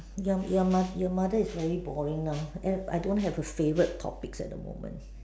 your your mo~ your mother is very boring now I don't have a favourite topics at the moment